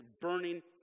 burning